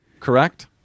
correct